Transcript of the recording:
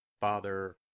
Father